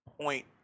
point